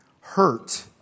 hurt